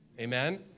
amen